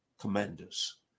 Commanders